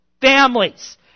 families